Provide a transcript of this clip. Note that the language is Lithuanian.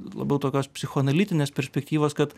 labiau tokios psichoanalitinės perspektyvos kad